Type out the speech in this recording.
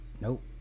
nope